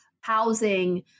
housing